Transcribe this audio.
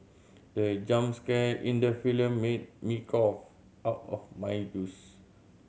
the jumps scare in the film made me cough out of my juice